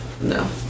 No